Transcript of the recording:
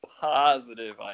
positive